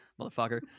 motherfucker